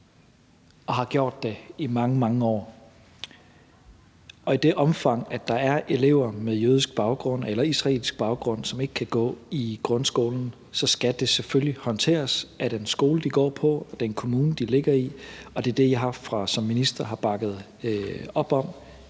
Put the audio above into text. og har gjort det i mange, mange år. Og i det omfang, der er elever med jødisk baggrund eller israelsk baggrund, som ikke kan gå i grundskolen, skal det selvfølgelig håndteres af den skole, de går på, og den kommune, den ligger i, og det er det, jeg som minister har bakket op om